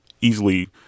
easily